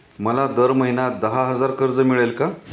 मला दर महिना दहा हजार कर्ज मिळेल का?